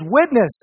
witness